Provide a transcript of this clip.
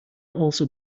also